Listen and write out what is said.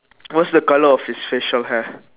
what's the colour of his facial hair